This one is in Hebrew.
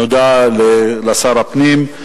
תודה לשר הפנים.